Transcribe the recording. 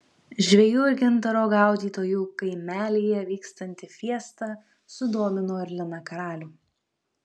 žvejų ir gintaro gaudytojų kaimelyje vykstanti fiesta sudomino ir liną karalių